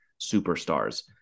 superstars